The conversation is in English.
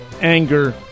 anger